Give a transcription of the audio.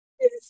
Yes